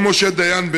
או משה דיין,